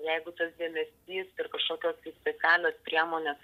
jeigu tas dėmesys ir kažkokios tai specialios priemonės